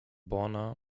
borna